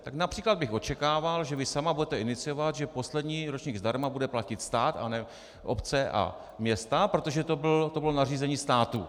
Tak např. bych očekával, že vy sama budete iniciovat, že poslední ročník zdarma bude platit stát a ne obce a města, protože to bylo nařízení státu.